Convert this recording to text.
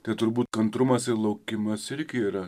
tai turbūt kantrumas ir laukimas irgi yra